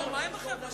אף אחד לא מגדל אותם,